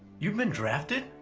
you've been drafted?